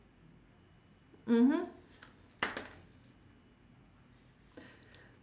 mmhmm